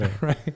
Right